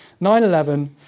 9-11